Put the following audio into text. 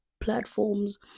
platforms